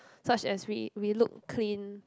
such as we we look clean